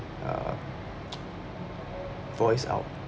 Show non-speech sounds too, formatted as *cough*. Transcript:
um *noise* voice out